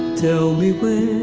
tell me when?